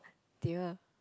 dear